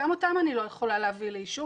גם אותן אני לא יכולה להביא לאישור